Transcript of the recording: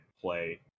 play